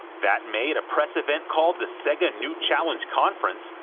that may, at a press event called the sega new challenge conference,